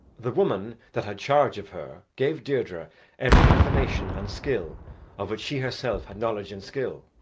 the woman that had charge of her gave deirdre every information and skill of which she herself had knowledge and skill.